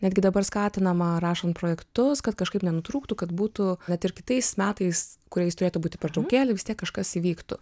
netgi dabar skatinama rašant projektus kad kažkaip nenutrūktų kad būtų kad ir kitais metais kuriais turėtų būti pertraukėlė vis tiek kažkas įvyktų